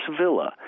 villa